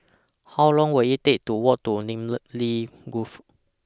How Long Will IT Take to Walk to Namly Grove